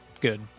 good